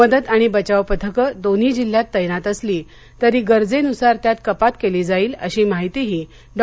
मदत आणि बचाव पथकं दोन्ही जिल्ह्यात तैनात असली तरी गरजेनुसार त्यात कपात केली जाईल अशी माहितीही डॉ